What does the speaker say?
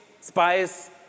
spies